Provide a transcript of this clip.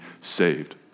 saved